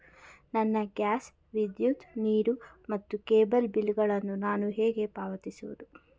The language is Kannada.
ನನ್ನ ಗ್ಯಾಸ್, ವಿದ್ಯುತ್, ನೀರು ಮತ್ತು ಕೇಬಲ್ ಬಿಲ್ ಗಳನ್ನು ನಾನು ಹೇಗೆ ಪಾವತಿಸುವುದು?